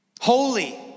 Holy